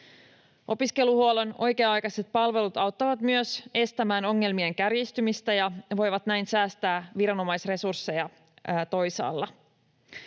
Opiskeluhuollon oikea-aikaiset palvelut auttavat myös estämään ongelmien kärjistymistä ja voivat näin säästää viranomaisresursseja toisaalla.